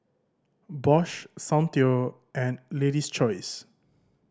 Bosch Soundteoh and Lady's Choice